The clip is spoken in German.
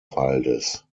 waldes